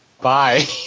bye